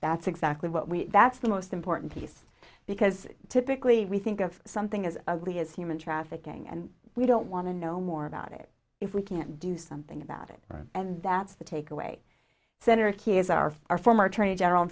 that's exactly what we that's the most important piece because typically we think of something as ugly as human trafficking and we don't want to know more about it if we can't do something about it and that's the takeaway center here is our our former attorney general